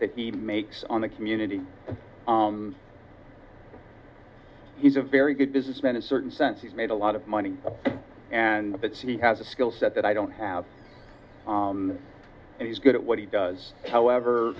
that he makes on the community and he's a very good businessman in certain sense he's made a lot of money and that's he has a skill set that i don't have and he's good at what he does however